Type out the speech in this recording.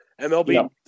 MLB